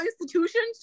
institutions